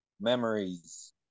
memories